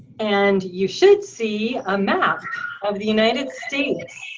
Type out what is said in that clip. and you should see a map of the united states,